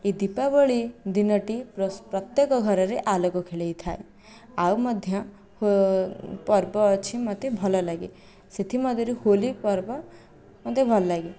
ଏ ଦୀପାବଳି ଦିନଟି ପ୍ରତ୍ୟେକ ଘରରେ ଆଲୋକ ଖେଳାଇଥାଏ ଆଉ ମଧ୍ୟ ପର୍ବ ଅଛି ମୋତେ ଭଲଲାଗେ ସେଥିମଧ୍ୟରୁ ହୋଲି ପର୍ବ ମୋତେ ଭଲ ଲାଗେ